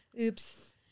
Oops